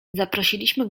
zaprosiliśmy